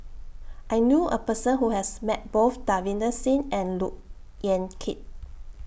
I knew A Person Who has Met Both Davinder Singh and Look Yan Kit